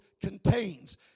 contains